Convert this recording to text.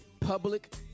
Public